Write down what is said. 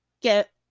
get